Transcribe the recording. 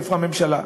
איפה הממשלה?